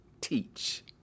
teach